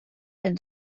and